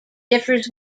differs